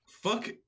Fuck